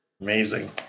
Amazing